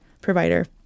provider